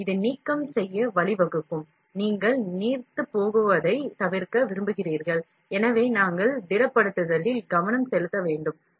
செயலாக்கத்தின் போது நீக்கம் ஏற்படும் நீக்கம் தவிர்க்க நாம் திடப்படுத்தலில் கவனம் செலுத்த வேண்டும்